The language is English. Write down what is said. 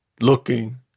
looking